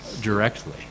directly